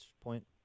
point